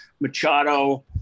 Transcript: Machado